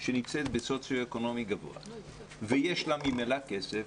שנמצאת בסוציו אקונומי גבוה וממילא יש לה כסף,